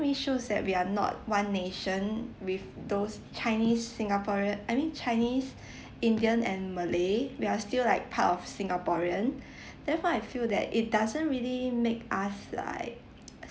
really shows that we are not one nation with those chinese singaporean I mean chinese indian and malay we are still like part of singaporean that's why I feel that it doesn't really make us like